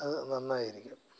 അത് നന്നായിരിക്കും